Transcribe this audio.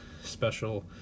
special